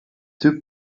two